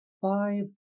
five